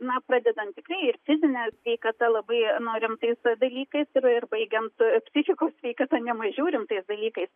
na pradedant tikrai ir fizine sveikata labai nu rimtais dalykais ir baigiant psichikos sveikata ne mažiau rimtais dalykais